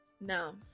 No